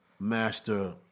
master